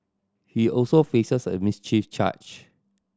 he also faces a mischief charge